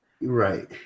Right